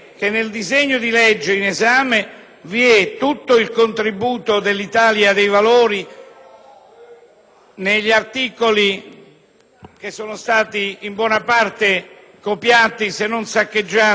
vi è tutto il contributo dell'Italia dei Valori agli articoli, che sono stati in buona parte copiati, se non saccheggiati dalla maggioranza.